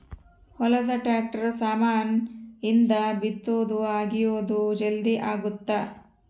ಹೊಲದ ಟ್ರಾಕ್ಟರ್ ಸಾಮಾನ್ ಇಂದ ಬಿತ್ತೊದು ಅಗಿಯೋದು ಜಲ್ದೀ ಅಗುತ್ತ